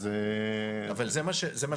אז --- אבל זה מה שעשית.